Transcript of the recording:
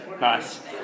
nice